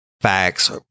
facts